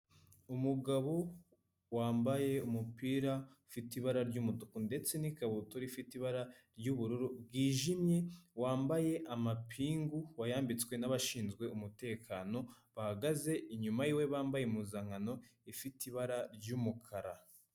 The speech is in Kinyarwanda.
Umugabo wambaye umupira ufite ibara ry'umutuku ndetse n'ikabutura ifite ibara ry'ubururu bwijimye, wambaye amapingu wayambitswe n'abashinzwe umutekano, bahagaze inyuma yiwe bambaye impuzankano ifite ibara ry'umukara.